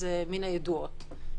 זה מן הידועות.